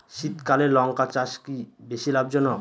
শীতকালে লঙ্কা চাষ কি বেশী লাভজনক?